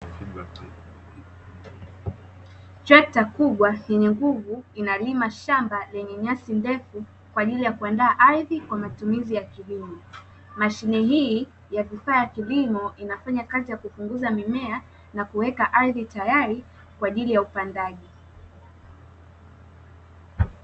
Trekta kubwa yenye nguvu inalima shamba lenye nyasi ndefu kwa ajili ya kuandaa ardhi kwa matumizi ya kilimo, mashine hii ya kifaa cha kilimo inafanya kazi ya kupunguza mimea na kuweka ardhi tayari kwa ajili ya upandaji.